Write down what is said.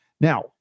Now